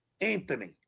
Anthony